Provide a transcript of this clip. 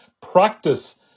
practice